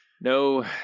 No